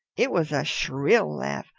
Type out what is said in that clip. it was a shrill laugh.